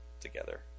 together